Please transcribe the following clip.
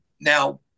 Now